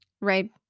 right